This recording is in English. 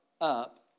up